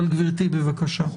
גברתי, בבקשה.